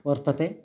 वर्तते